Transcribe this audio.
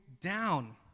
down